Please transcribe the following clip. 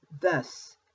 thus